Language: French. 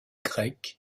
grec